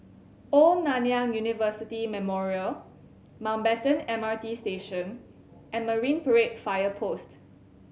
Old Nanyang University Memorial Mountbatten M R T Station and Marine Parade Fire Post